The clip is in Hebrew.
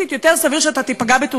אני מבינה סטטיסטיקה,